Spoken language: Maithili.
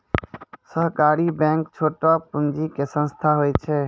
सहकारी बैंक छोटो पूंजी के संस्थान होय छै